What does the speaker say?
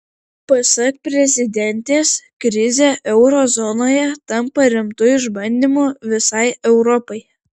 pasak prezidentės krizė euro zonoje tampa rimtu išbandymu visai europai